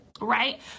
Right